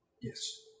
Yes